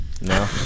No